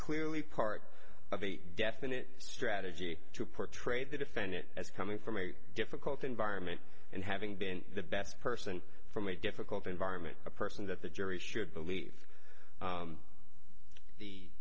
clearly part of the death and it strategy to portray the defendant as coming from a difficult environment and having been the best person from a difficult environment a person that the jury should believe